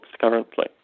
currently